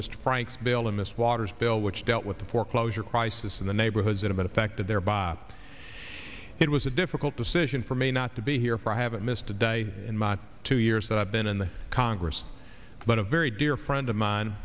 mr franks bill in this water's bill which dealt with the foreclosure crisis in the neighborhoods and been affected thereby it was a difficult decision for me not to be here for i haven't missed a day in my two years that i've been in the congress but a very dear friend of mine